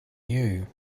you